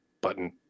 button